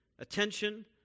Attention